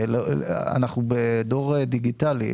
אנחנו בדור דיגיטלי,